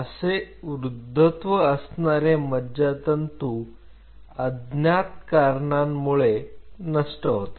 असे वृद्धत्व असणारे मज्जातंतू अज्ञात कारणांमुळे नष्ट होतात